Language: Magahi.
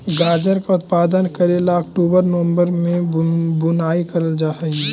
गाजर का उत्पादन करे ला अक्टूबर नवंबर में बुवाई करल जा हई